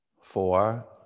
four